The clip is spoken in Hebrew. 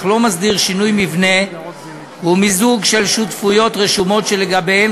אך לא מסדיר שינוי מבנה ומיזוג של שותפויות רשומות שלגביהן